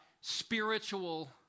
spiritual